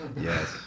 Yes